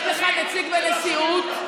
יש לך נציג בנשיאות.